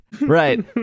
Right